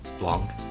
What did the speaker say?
long